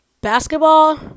basketball